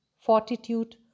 fortitude